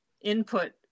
input